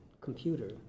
computer